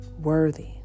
worthy